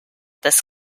this